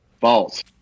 False